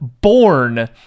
born